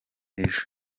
ejo